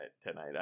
tonight